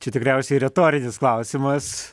čia tikriausiai retorinis klausimas